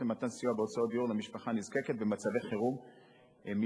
למתן סיוע בהוצאות דיור למשפחה נזקקת במצבי חירום מיוחדים,